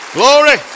Glory